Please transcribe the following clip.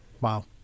Wow